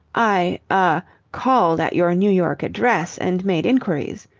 i ah called at your new york address and made inquiries,